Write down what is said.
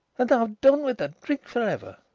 and i've done with the drink for ever.